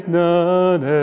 none